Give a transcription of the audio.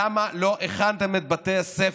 למה לא הכנתם את בתי הספר?